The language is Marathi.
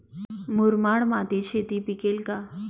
मुरमाड मातीत शेती पिकेल का?